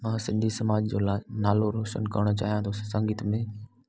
मां सिंधी समाज जो ला नालो रोशन करणु चाहियां थो संगीत में